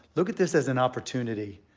look at this as an opportunity,